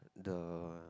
the